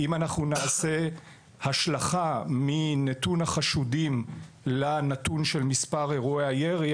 אם נעשה השלכה מנתון החשודים לנתון של אירועי הירי,